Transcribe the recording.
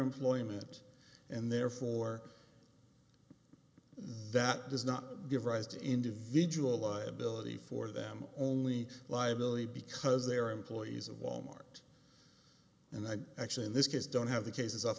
employment and therefore that does not give rise to individual liability for them only liability because they are employees of wal mart and i'm actually in this case don't have the cases off